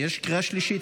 יש קריאה שלישית.